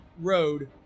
road